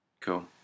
Cool